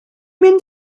mynd